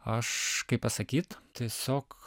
aš kaip pasakyt tiesiog